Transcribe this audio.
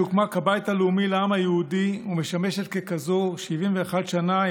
שהוקמה כבית הלאומי לעם היהודי ומשמשת ככזאת 71 שנה,